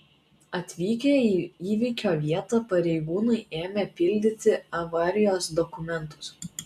atvykę į įvykio vietą pareigūnai ėmė pildyti avarijos dokumentus